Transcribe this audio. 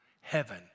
Heaven